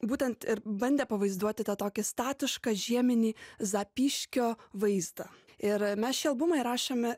būtent ir bandė pavaizduoti tą tokį statišką žieminį zapyškio vaizdą ir mes šį albumą įrašėme